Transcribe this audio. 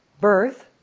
birth